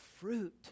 fruit